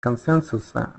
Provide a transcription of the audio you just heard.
консенсуса